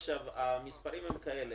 המספרים הם אלה.